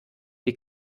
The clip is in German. die